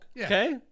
Okay